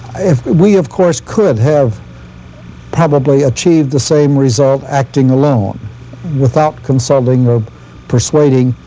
we of course, could have probably achieved the same result acting alone without consulting or persuading